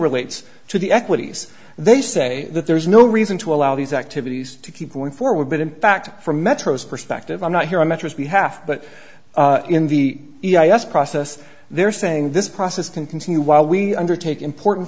relates to the equities they say that there is no reason to allow these activities to keep going forward but in fact from metro's perspective i'm not here on mattress behalf but in the process they're saying this process can continue while we undertake important